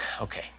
Okay